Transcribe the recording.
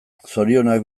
zorionak